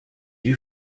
eût